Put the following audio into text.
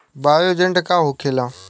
Bio agent का होखेला?